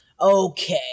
Okay